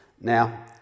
Now